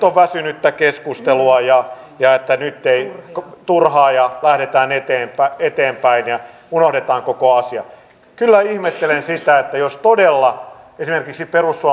puolustusmenojen maltillinen korotus ensi vuonna mahdollistaa materiaalihankintojen lisäämisen ja konsernisäästöistä huolimatta voimme pitää toiminnan tason ensi vuonna kuluvan vuoden tasolla